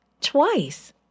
twice